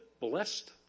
blessed